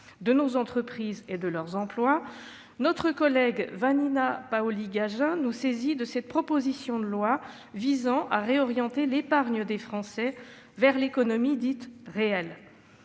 de nos entreprises et de leurs emplois, notre collègue Vanina Paoli-Gagin nous saisit de cette proposition de loi visant à réorienter l'épargne des Français vers l'économie dite réelle.